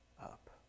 up